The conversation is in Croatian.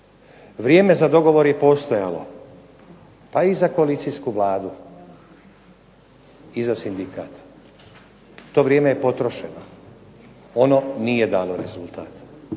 Vrijeme za dogovor je postojao pa i za koalicijsku Vladu i za sindikat. To vrijeme je potrošno, ono nije dalo rezultat.